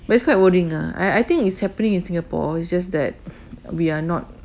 but it's quite worrying ah I I think it's happening in singapore it's just that we are not